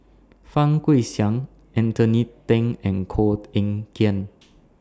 Fang Guixiang Anthony Then and Koh Eng Kian